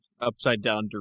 upside-down